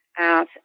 out